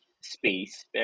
space